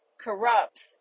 corrupts